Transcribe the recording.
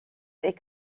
est